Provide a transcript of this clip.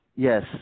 Yes